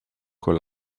con